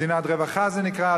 מדינת רווחה זה נקרא,